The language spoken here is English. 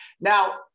Now